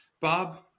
Bob